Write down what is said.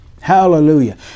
Hallelujah